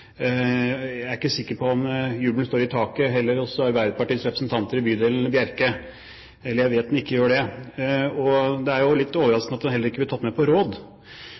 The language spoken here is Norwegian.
Jeg er ikke sikker på om jubelen står i taket heller hos Arbeiderpartiets representanter i bydel Bjerke, eller jeg vet den ikke gjør det. Det er litt overraskende at de ikke heller er tatt med på råd.